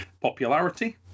popularity